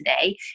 today